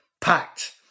Packed